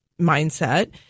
mindset